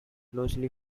closely